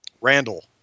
Randall